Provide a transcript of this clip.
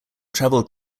traveled